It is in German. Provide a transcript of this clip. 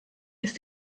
ist